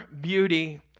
beauty